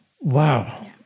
Wow